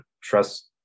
trust